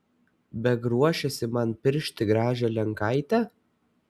beg ruošiesi man piršti gražią lenkaitę